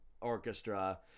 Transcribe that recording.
orchestra